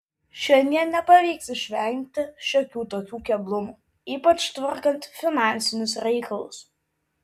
šiandien nepavyks išvengti šiokių tokių keblumų ypač tvarkant finansinius reikalus